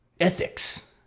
ethics